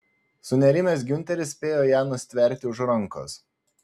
sunerimęs giunteris spėjo ją nustverti už rankos